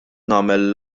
nagħmel